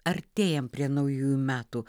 artėjam prie naujųjų metų